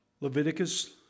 Leviticus